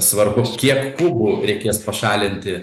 svarbu kiek kubų reikės pašalinti